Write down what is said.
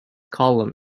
column